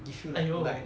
!aiyo!